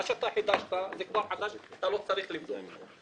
מה שאתה חידשת אתה לא צריך לזרוק.